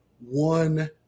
one